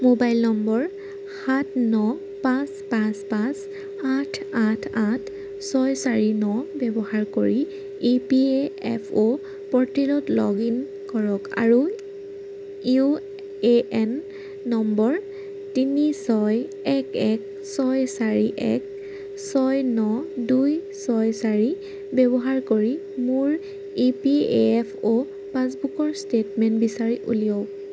mobile নম্বৰ সাত ন পাঁচ পাঁচ পাঁচ আঠ আঠ আঠ ছয় চাৰি ন ব্যৱহাৰ কৰি ই পি এফ অ' প'ৰ্টেলত লগ ইন কৰক আৰু ইউ এ এন নম্বৰ তিনি ছয় এক এক ছয় চাৰি এক ছয় ন দুই ছয় চাৰি ব্যৱহাৰ কৰি মোৰ ই পি এফ অ' পাছবুকৰ ষ্টেটমেণ্ট বিচাৰি উলিয়াওক